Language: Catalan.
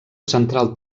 central